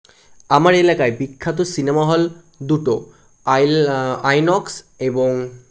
আমার এলাকায় বিখ্যাত সিনেমা হল দুটো আই আইনক্স এবং